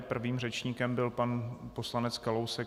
Prvým řečníkem byl pan poslanec Kalousek.